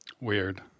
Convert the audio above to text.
Weird